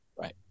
Right